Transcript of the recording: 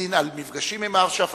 לדין על מפגשים עם אש"ף.